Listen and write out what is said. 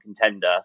contender